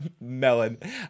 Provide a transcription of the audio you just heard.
melon